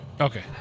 Okay